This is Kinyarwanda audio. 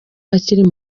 akiri